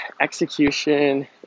execution